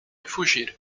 fugir